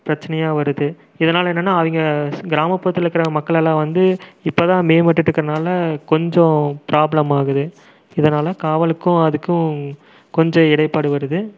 பிரச்சனையாக வருது இதனால் என்னன்னா அவங்க கிராமப்புறத்தில் இருக்கிற மக்கள் எல்லாம் வந்து இப்போ தான் மேம்பட்டுட்டு இருக்கிறனால கொஞ்சம் ப்ராப்ளம் ஆகுது இதனால் காவலுக்கும் அதுக்கும் கொஞ்சம் இடைப்பாடு வருது